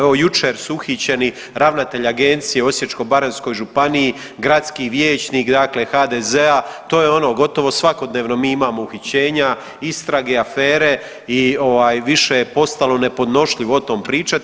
Evo jučer su uhićeni ravnatelj agencije u Osječko-baranjskoj županiji, gradski vijećnik dakle HDZ-a, to je ono gotovo svakodnevno mi imamo uhićenja istrage, afere i ovaj više je postalo nepodnošljivo o tom pričati.